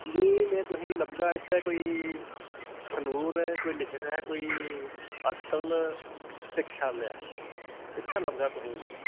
जी में तुसेंगी इत्थै लब्भगा कोई अखनूर लिखे दा ऐ कोई अटल परिश्रालया उत्थै लभगा तुसेंगी में